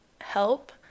help